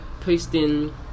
posting